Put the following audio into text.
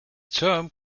term